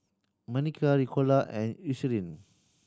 Manicare Ricola and